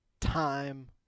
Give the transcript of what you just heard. time